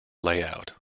layout